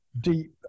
deep